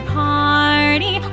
party